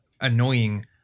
annoying